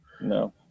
No